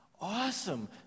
Awesome